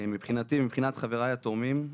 מבחינתי ומבחינת חבריי התורמים,